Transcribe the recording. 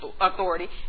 authority